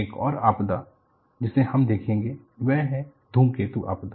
एक और आपदा जिसे हम देखेंगे वह है धूमकेतु आपदा